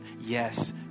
Yes